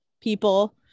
people